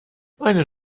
einen